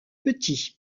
petits